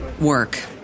work